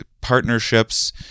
partnerships